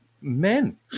men